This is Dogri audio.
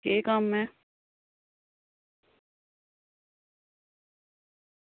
केह् कम्म ऐ